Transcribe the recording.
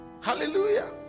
hallelujah